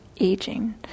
aging